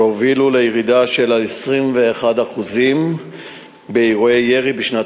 שהובילו לירידה של 21% באירועי ירי בשנת